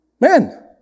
men